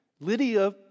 Lydia